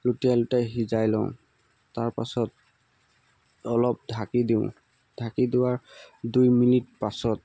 লুটিয়াই লুটিয়াই সিজাই লওঁ তাৰপাছত অলপ ঢাকি দিওঁ ঢাকি দিয়াৰ দুই মিনিট পাছত